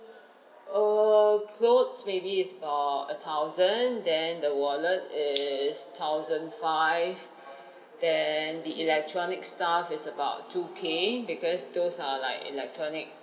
err clothes maybe is about a thousand then the wallet is thousand five then the electronic stuff is about two K because those are like electronic